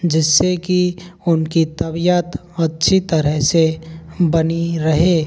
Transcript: जिससे कि उनकी तबियत अच्छी तरह से बनी रहे